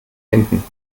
hinten